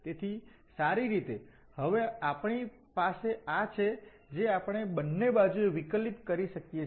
તેથી સારી રીતે હવે આપણી પાસે આ છે જે આપણે બંને બાજુએ વિકલીત કરી શકીએ છીએ